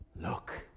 Look